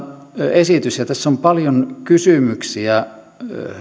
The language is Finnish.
esitys ja tässä on paljon kysymyksiä